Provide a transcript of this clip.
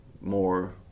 more